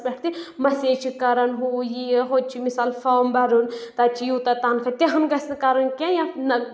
message چھِ کَران ہُہ یہِ ہُتہِ چھُ مِثال فارم بَرُن تَتہِ چھِ یوٗتاہ تَنخن گژھِ نہٕ کَرٕنۍ کینٛہہ یا نہ